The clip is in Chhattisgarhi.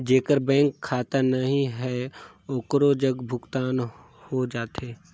जेकर बैंक खाता नहीं है ओकरो जग भुगतान हो जाथे?